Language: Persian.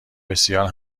بسیار